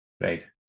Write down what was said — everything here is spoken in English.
great